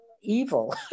evil